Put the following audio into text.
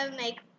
make